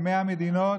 ממאה מדינות,